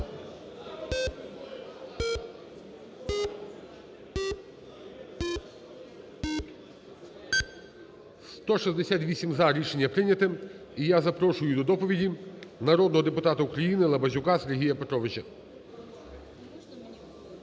За-168 Рішення прийнято. І я запрошую до доповіді народного депутата України Лабазюка Сергія Петровича.